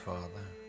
Father